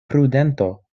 prudento